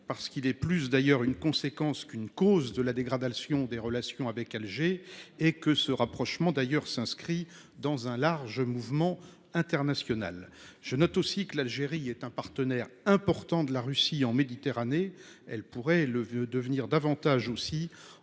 parce qu'il est plus d'ailleurs une conséquence qu'une cause de la dégradation des relations avec Alger et que ce rapprochement d'ailleurs s'inscrit dans un large mouvement international. Je note aussi que l'Algérie est un partenaire important de la Russie en Méditerranée, elle pourrait le devenir davantage aussi